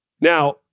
Now